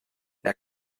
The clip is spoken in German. der